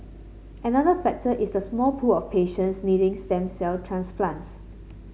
another factor is the small pool of patients needing stem cell transplants